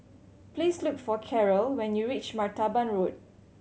please look for Caryl when you reach Martaban Road